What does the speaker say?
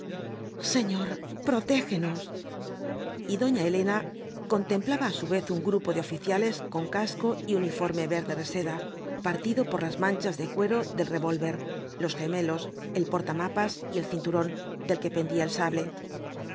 señor protégenos y doña elena contemplaba á su vez un grupo de oficiales con casco y uniforme verde reseda partido por las manchas de cuero del revólver los gemelos el porta mapas y el cinturón del que pendía el sable